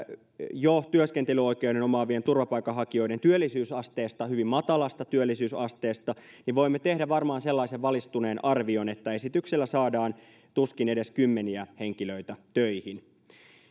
jo omaavien turvapaikanhakijoiden työllisyysasteesta hyvin matalasta työllisyysasteesta voimme tehdä varmaan sellaisen valistuneen arvion että esityksellä saadaan tuskin edes kymmeniä henkilöitä töihin